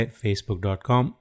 facebook.com